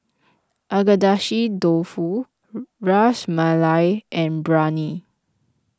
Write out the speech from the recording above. Agedashi Dofu Ras Malai and Biryani